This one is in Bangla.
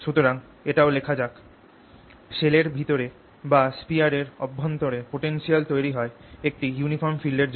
সুতরাং এটাও লেখা যাক শেলের ভিতরে বা স্ফিয়ার এর অভ্যন্তরে পোটেনশিয়াল তৈরি হয় একটি ইউনিফর্ম ফিল্ড এর জন্য